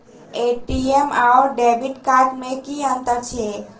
ATM आओर debit card मे की अंतर छैक?